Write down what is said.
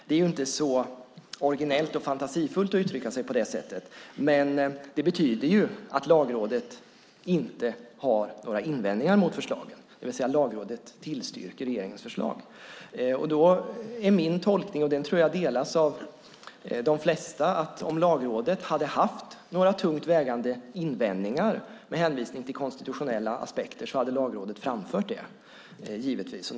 Det är inte så originellt och fantasifullt att uttrycka sig på det sättet, men det betyder att Lagrådet inte har några invändningar mot regeringens förslag. Lagrådet tillstyrker alltså regeringens förslag. Min tolkning - denna tror jag delas av de flesta - är att om Lagrådet hade haft tungt vägande invändningar med hänvisning till konstitutionella aspekter skulle Lagrådet givetvis ha framfört dem.